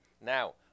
Now